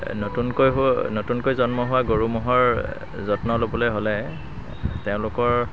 নতুনকৈ গ নতুনকৈ জন্ম হোৱা গৰু ম'হৰ যত্ন ল'বলৈ হ'লে তেওঁলোকৰ